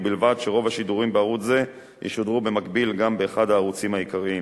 ובלבד שרוב השידורים בערוץ זה ישודרו במקביל גם באחד הערוצים העיקריים.